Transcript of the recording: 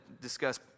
discuss